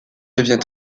devient